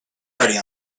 ready